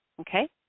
Okay